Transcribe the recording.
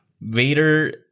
Vader